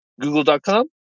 google.com